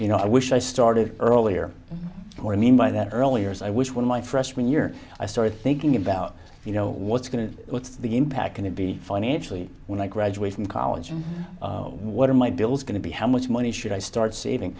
you know i wish i started earlier or i mean by that earlier as i wish when my freshman year i started thinking about you know what's going to what's the impact going to be financially when i graduate from college and what are my bills going to be how much money should i start saving